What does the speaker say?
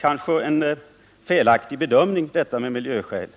kanske var detta med miljöskäl en felbedömning.